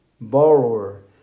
borrower